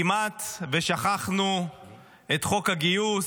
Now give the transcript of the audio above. כמעט ושכחנו את חוק הגיוס.